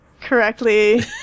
correctly